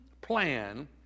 plan